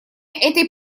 этой